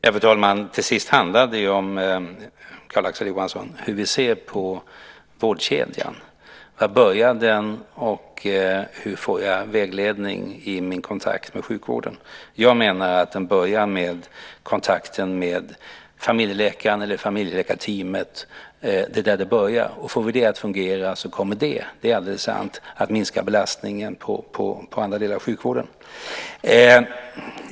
Fru talman! Till sist handlar det ju om, Carl-Axel Johansson, hur vi ser på vårdkedjan. När börjar den, och hur får jag vägledning i min kontakt med sjukvården? Jag menar att den börjar med kontakten med familjeläkaren eller familjeläkarteamet. Får vi den att fungera kommer den - det är alldeles sant - att minska belastningen på andra delar av sjukvården.